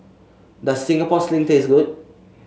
does Singapore Sling taste good